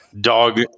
dog